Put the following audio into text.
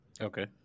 okay